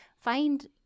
Find